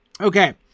Okay